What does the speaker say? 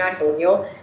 Antonio